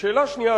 ושאלה שנייה,